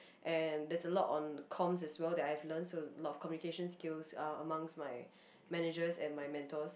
and there's a lot on comms as well that I've learnt so a lot of communication skills uh amongst my managers and my mentors